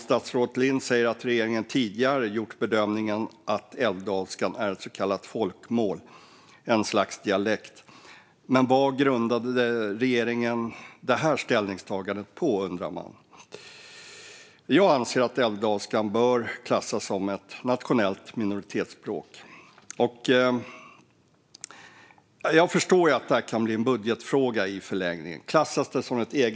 Statsrådet Lind säger att regeringen tidigare gjort bedömningen att älvdalskan är ett så kallat folkmål, ett slags dialekt. Vad grundade regeringen detta ställningstagande på? Jag anser att älvdalskan bör klassas som ett nationellt minoritetsspråk. Jag förstår att det i förlängningen kan bli en budgetfråga.